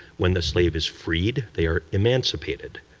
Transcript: when the slave is freed, they're emancipated.